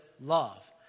love